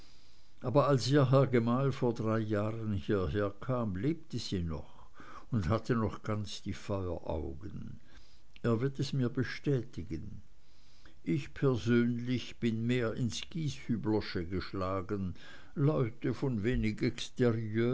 aber als ihr herr gemahl vor drei jahren hierherkam lebte sie noch und hatte noch ganz die feueraugen er wird es mir bestätigen ich persönlich bin mehr ins gieshüblersche geschlagen leute von wenig